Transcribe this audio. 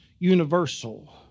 Universal